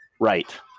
right